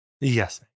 Yes